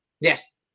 Yes